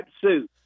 suit